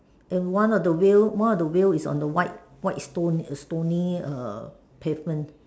and one of the wheel one of the wheel is on the white white stone stony err pavement